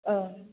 ओं